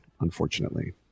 unfortunately